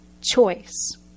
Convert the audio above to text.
choice